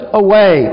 away